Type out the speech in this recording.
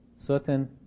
certain